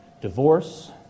divorce